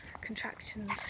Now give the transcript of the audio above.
contractions